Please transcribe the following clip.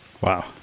Wow